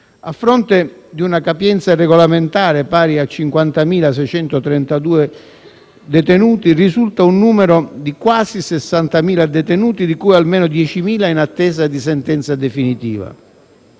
a fronte di una capienza regolamentare pari a 50.632 detenuti, risulta un numero di quasi 60.000 detenuti, di cui almeno 10.000 in attesa di sentenza definitiva.